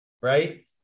right